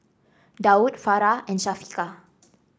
Daud Farah and Syafiqah